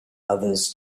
others